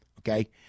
Okay